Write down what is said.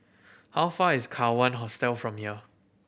how far is Kawan Hostel from here